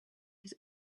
his